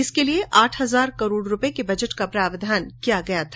इसके लिए आठ हज़ार करोड़ रुपये का बजट प्रावधान किया गया था